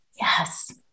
Yes